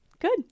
Good